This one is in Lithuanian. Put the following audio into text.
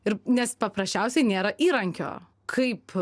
ir nes paprasčiausiai nėra įrankio kaip